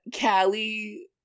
Callie